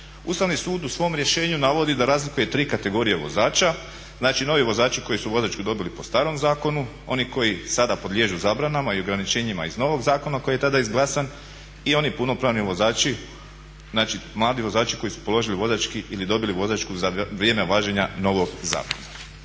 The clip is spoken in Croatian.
Ustavni sud u svom rješenju navodi da razlikuje tri kategorije vozača. Znači novi vozači koji su vozačku dobili po starom zakonu, oni koji sada podliježu zabranama i ograničenjima iz novog zakona koji je tada izglasan i oni punopravni vozači, znači mladi vozači koji su položili vozački ili dobili vozačku za vrijeme važenja novog zakona.